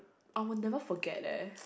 I will never forget leh